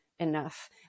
enough